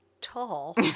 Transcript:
tall